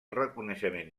reconeixement